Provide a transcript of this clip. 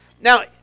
Now